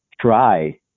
try